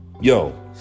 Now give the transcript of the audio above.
Yo